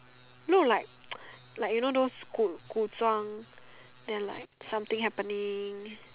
look like like you know those 古古装：gu gu zhuang then like something happening